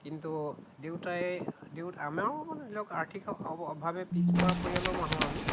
কিন্তু দেউতাই দেউ আমাৰো মানে ধৰি লওক আৰ্থিক অভাৱে পিছপৰা পৰিয়ালৰ মানুহ আমি